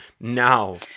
now